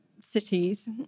cities